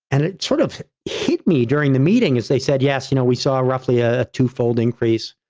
and it sort of hit me during the meeting, as they said, yes. you know, we saw roughly a two-fold increase.